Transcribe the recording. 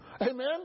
Amen